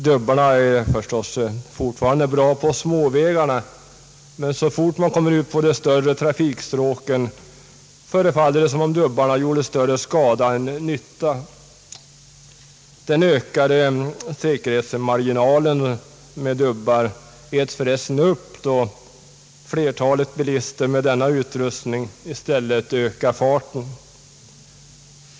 Dubbarna är förstås fortfarande bra på småvägarna, men så fort man kommer ut på de större trafikstråken förefaller det som om dubbarna gjorde större skada än nytta. Den ökade säkerhetsmarginalen med dubbar äts förresten upp då flertalet bilister med denna utrustning i stället ökar farten.